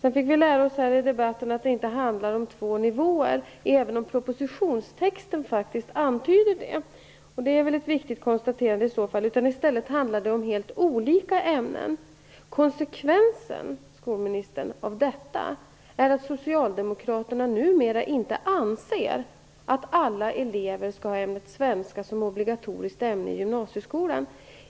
Vi fick också i debatten lära oss att det inte handlar om två nivåer, även om propositionstexten faktiskt antyder det, och detta är väl i så fall ett viktigt konstaterande. I stället handlar det om helt olika ämnen. Konsekvensen av detta, skolministern, är att Socialdemokraterna numera inte anser att alla elever skall ha ämnet svenska som obligatoriskt ämne i gymnasieskolan.